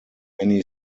many